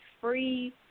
free